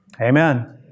Amen